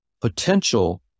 potential